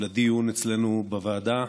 לדיון אצלנו בוועדה,